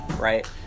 Right